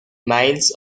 miles